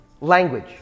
language